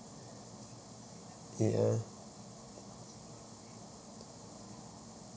K uh